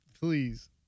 Please